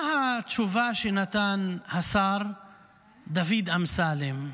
מה התשובה שנתן השר דוד אמסלם?